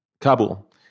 Kabul